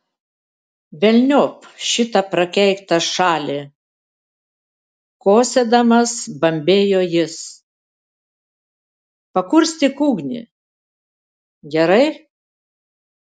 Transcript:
velniop šitą prakeiktą šalį kosėdamas bambėjo jis pakurstyk ugnį gerai